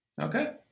Okay